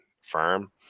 firm